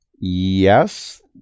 Yes